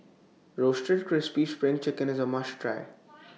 Roasted Crispy SPRING Chicken IS A must Try